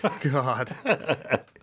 God